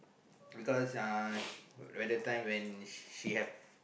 because uh when the time when she have